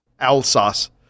Alsace